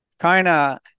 China